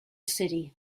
city